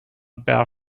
bare